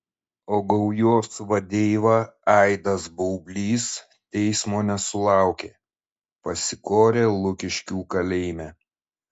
o gaujos vadeiva aidas baublys teismo nesulaukė pasikorė lukiškių kalėjime